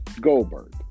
Goldberg